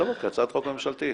שתבוא כהצעת חוק ממשלתית